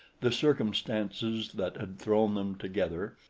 the circumstances that had thrown them together,